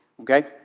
Okay